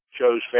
chose